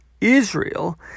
Israel